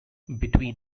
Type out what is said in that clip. between